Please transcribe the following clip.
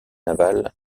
naval